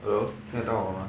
hello 听得到我 mah